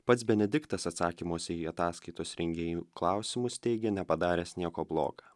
pats benediktas atsakymuose į ataskaitos rengėjų klausimus teigė nepadaręs nieko bloga